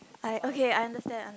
I okay I understand